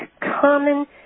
common